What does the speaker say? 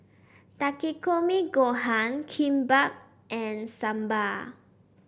Takikomi Gohan Kimbap and Sambar